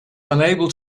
unable